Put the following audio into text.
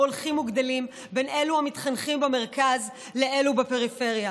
הולכים וגדלים בין אלו המתחנכים במרכז לאלו בפריפריה?